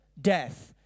death